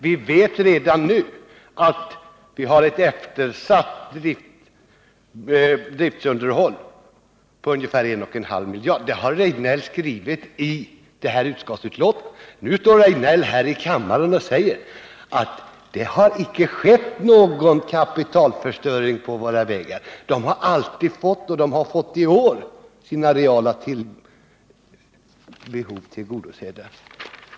Vi vet redan nu att vi har ett eftersatt driftsunderhåll på ungefär 1,5 miljarder. Detta har Eric Rejdnell ställt sig bakom. Nu står han här i kammaren och säger att det har icke skett någon kapitalförstöring på våra vägar — vägverket har alltid fått och får även i år sina reala behov tillgodosedda.